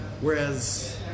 whereas